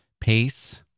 pace